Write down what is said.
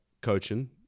coaching